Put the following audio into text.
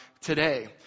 today